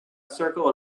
circle